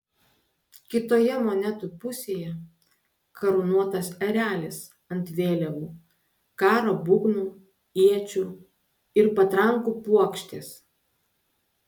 kitoje monetų pusėje karūnuotas erelis ant vėliavų karo būgnų iečių ir patrankų puokštės